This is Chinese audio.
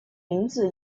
名字